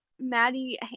maddie